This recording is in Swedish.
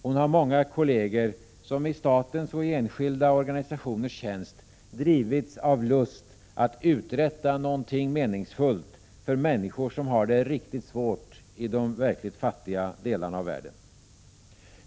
Hon har många kolleger, som i statens och i enskilda organisationers tjänst drivits av lust att uträtta någonting meningsfullt för människor som har det riktigt svårt i de verkligt fattiga delarna av världen.